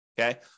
Okay